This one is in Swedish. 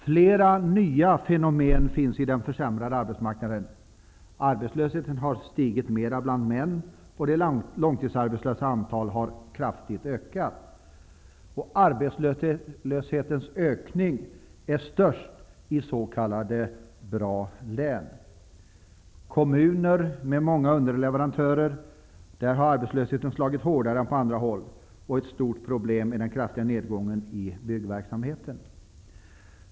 Flera nya fenomen har uppkommit på arbetsmarknaden. Arbetslösheten har stigit mer bland män än bland kvinnor, och de långtidsarbetslösas antal har ökat kraftigt. Ökningen av arbetslösheten är störst i s.k. bra län. I kommuner med många underleverantörer har arbetslösheten slagit hårdare än på andra håll och är ett stort problem på grund av den kraftiga nedgången i byggverksamheten.